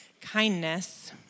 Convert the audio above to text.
kindness